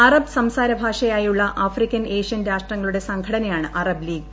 Arab സംസാര ഭാഷയുളള African Asian രാഷ്ട്രങ്ങളുടെ സംഘടനയാണ് അറബ് ലീഗ്